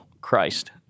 Christ